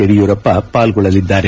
Yediyurappa ಪಾರ್ಗೊಳ್ಳಲಿದ್ದಾರೆ